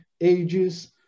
ages